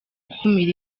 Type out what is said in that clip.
gukumira